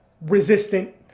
resistant